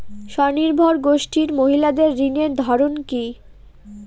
স্বনির্ভর গোষ্ঠীর মহিলাদের ঋণের ধরন কি?